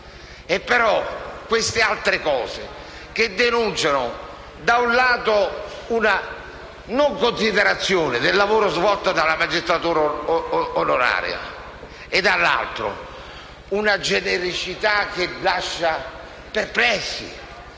insieme; altre, però denunciano - da un lato - una non considerazione del lavoro svolto dalla magistratura onoraria e - dall'altro - una genericità che lascia perplessi